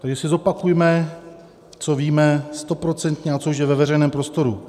Tady si zopakujme, co víme stoprocentně a co už je ve veřejném prostoru.